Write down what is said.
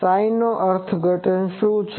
ψ નો અર્થઘટન શું છે